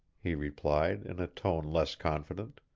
he replied, in a tone less confident.